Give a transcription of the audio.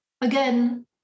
Again